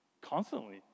constantly